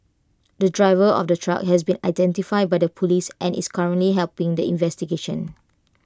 the driver of the truck has been identified by the Police and is currently helping the investigations